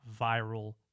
viral